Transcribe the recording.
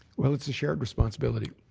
well, it's a shared responsibility.